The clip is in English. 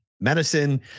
medicine